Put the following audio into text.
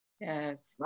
Yes